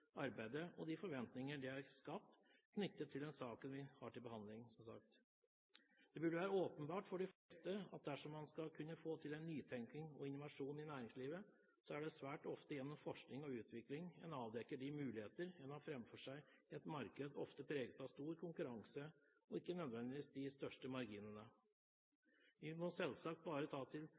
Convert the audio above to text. arbeidet og de forventninger som er skapt knyttet til saken. Det burde vært åpenbart for de fleste at dersom man skal kunne få til en nytenkning og innovasjon i næringslivet, er det svært ofte gjennom forskning og utvikling en avdekker de muligheter en har framfor seg i et marked ofte preget av stor konkurranse, og ikke nødvendigvis de største marginene. Vi må selvsagt bare ta til